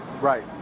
right